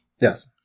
Yes